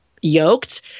yoked